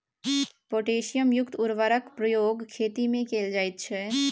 potassium युक्त उर्वरकक प्रयोग खेतीमे कैल जाइत छै